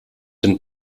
den